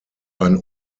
ein